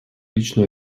личную